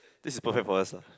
this is perfect for us lah